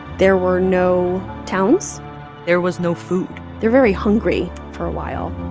there were no towns there was no food they're very hungry for a while,